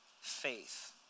faith